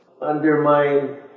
undermine